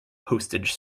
postage